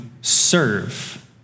serve